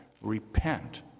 Repent